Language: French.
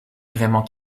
vraiment